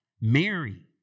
Mary